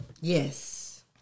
Yes